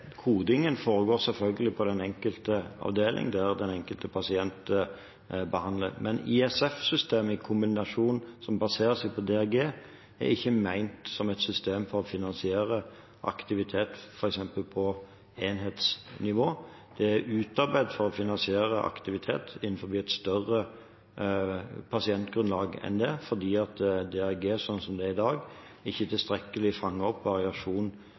DRG-kodingen foregår selvfølgelig på den enkelte avdeling, der den enkelte pasient behandles. Men ISF-systemet i en kombinasjon som baserer seg på DRG, er ikke ment som et system for å finansiere aktivitet, f.eks. på enhetsnivå. Det er utarbeidet for å finansiere aktivitet innenfor et større pasientgrunnlag enn det fordi DRG som det er i dag, ikke tilstrekkelig fanger opp variasjon,